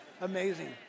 Amazing